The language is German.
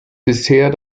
bisher